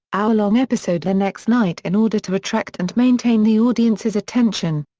hour-long episode the next night in order to attract and maintain the audience's attention.